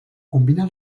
combinà